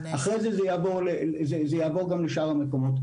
אחרי זה יעבור גם לשאר המקומות.